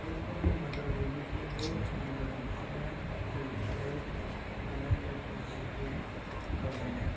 बैफोरनि मादाव बयनिख्रुयबो मान गोनांसिना आमेरिकायाव थानाय एल पी जी ए दावबायनाय